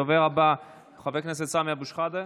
הדובר הבא, חבר הכנסת סמי אבו שחאדה.